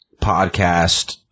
podcast